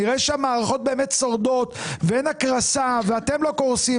נראה שהמערכות באמת שורדות ואין הקרסה ואתם לא קורסים,